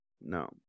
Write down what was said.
No